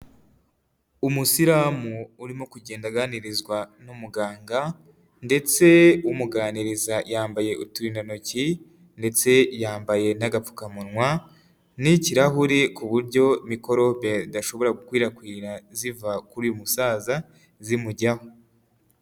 Umusilamu urimo kugenda aganirizwa n'umuganga, ndetse umuganiriza yambaye uturindantoki, ndetse yambaye n'agapfukamunwa n'ikirahuri ku buryo mikorobe zidashobora gukwirakwira ziva, kuri uyu musaza zimujyaho.